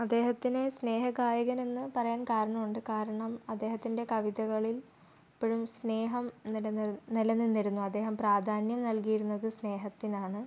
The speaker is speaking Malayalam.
അദ്ദേഹത്തിനെ സ്നേഹഗായകൻ എന്ന് പറയാൻ കാരണമുണ്ട് കാരണം അദ്ദേഹത്തിൻ്റെ കവിതകളിൽ എപ്പോഴും സ്നേഹം നിലനിൽ നിലനിന്നിരുന്നു അദ്ദേഹം പ്രാധാന്യം നൽകിയിരുന്നത് സ്നേഹത്തിനാണ്